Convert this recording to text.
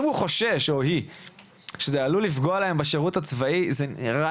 אם הוא חושש שזה עלול לפגוע לו בשירות הצבאי זה נראה